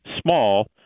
small